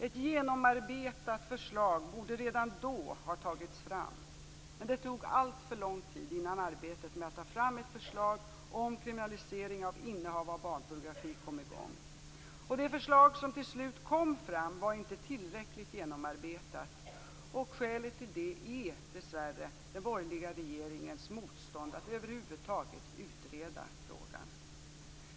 Ett genomarbetat förslag borde redan då ha tagits fram men det tog alltför lång tid innan arbetet med att ta fram ett förslag om kriminalisering av innehav av barnpornografi kom i gång. Det förslag som till slut kom fram var inte tillräckligt genomarbetat. Skälet till det är dessvärre den borgerliga regeringens motstånd mot att över huvud taget utreda frågan.